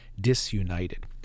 disunited